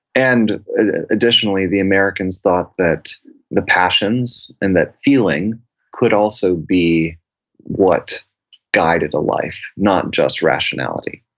and additionally, the americans thought that the passions and that feeling could also be what guided a life, not just rationality.